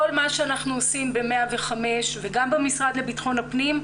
כל מה שאנחנו עושים ב-105 וגם במשרד לביטחון הפנים,